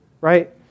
Right